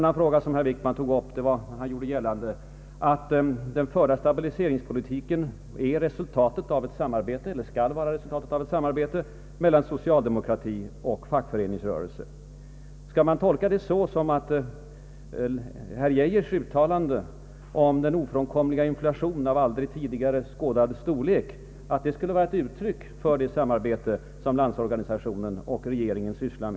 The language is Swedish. Herr Wickman gjorde gällande att den förda stabiliseringspolitiken är resultatet av ett samarbete, eller skail vara resultatet av ett samarbete, mellan socialdemokratin och fackföreningsrörelsen. Skall man tolka det så att herr Arne Geijers uttalande om en ofrånkomlig inflation av aldrig tidigare skådad storlek skulle vara ett uttryck för det samarbete som LO och regeringen har?